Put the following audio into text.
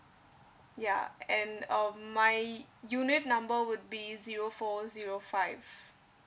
ya and um my unit number would be zero four zero five